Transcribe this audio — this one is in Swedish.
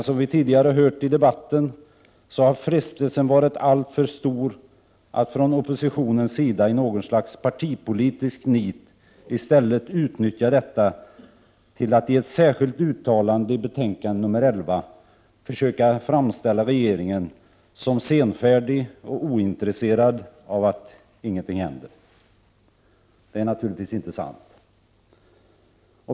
Som vi tidigare hört i debatten har frestelsen för oppositionen varit alltför stor att i något slags partipolitiskt nit i stället utnyttja detta till att i ett särskilt uttalande i betänkande nr 11 försöka framställa regeringen som senfärdig och ointresserad av att något skall hända. Detta är naturligtvis inte sant.